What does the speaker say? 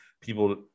people